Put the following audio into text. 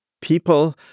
people